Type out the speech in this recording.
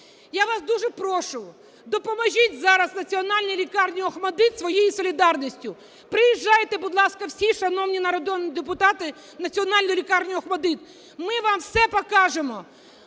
Я вас дуже прошу допоможіть зараз Національній лікарні "ОХМАТДИТ" своєю солідарністю. Приїжджайте, будь ласка, всі шановні народні депутати у Національну лікарню "ОХМАТДИТ", ми вам все покажемо.